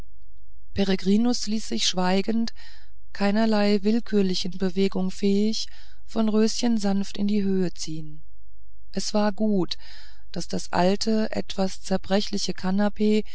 ließ sich schweigend keiner willkürlichen bewegung fähig von röschen sanft in die höhe ziehen es war gut daß das alte etwas zerbrechliche kanapee